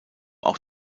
auch